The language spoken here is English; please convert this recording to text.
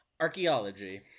archaeology